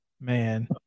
Man